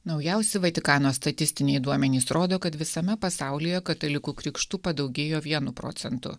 naujausi vatikano statistiniai duomenys rodo kad visame pasaulyje katalikų krikštų padaugėjo vienu procentu